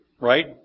right